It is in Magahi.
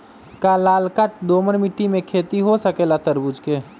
का लालका दोमर मिट्टी में खेती हो सकेला तरबूज के?